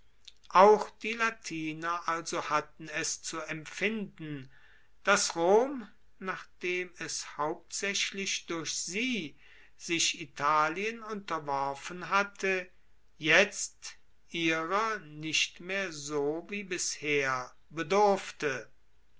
auch die latiner also hatten es zu empfinden dass rom nachdem es hauptsaechlich durch sie sich italien unterworfen hatte jetzt ihrer nicht mehr so wie bisher bedurfte